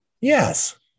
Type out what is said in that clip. yes